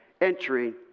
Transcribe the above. entering